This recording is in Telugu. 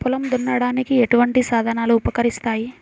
పొలం దున్నడానికి ఎటువంటి సాధనలు ఉపకరిస్తాయి?